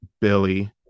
Billy